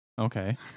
Okay